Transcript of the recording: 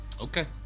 Okay